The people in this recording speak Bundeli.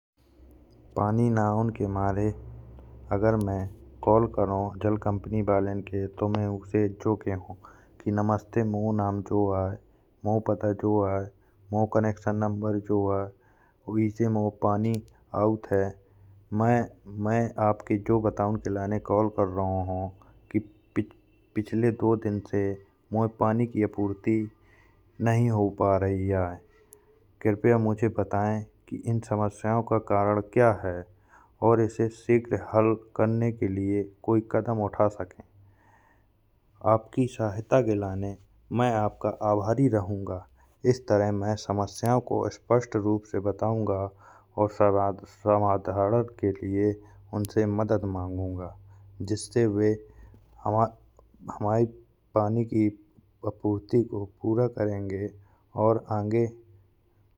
पानी ना आऊन के मारे अगर मैं कॉल करौं जल कंपनी बालें के तो मैं उसे जो कहौ। नमस्ते मो नाम जो आय मो पता जो आय मो कनेक्शन नंबर जो आय इ से मो पानी आउट है। मैं आप के जो बतौं के लाने कॉल कर रहौ हौ। कि पिछले दो दिन से मये पानी की आपूर्ति नहीं हो पा रही आय। कृपया मुझे बताए कि इन समस्याओं का कारण क्या है। और इसे शीघ्र हल करने के लिए कदम उठा सके आपकी सहायता के लाने मैं आपका आभारी रहूंगा। इस तरह से मैं समस्या को स्पष्ट रूप से बताऊंगा और समाधान के लिए उनसे मदद मांगूंगा। जिससे वे हमाय पानी की आपूर्ति को पूरा करेंगे और आगे।